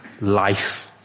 life